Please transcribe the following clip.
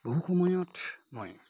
বহু সময়ত মই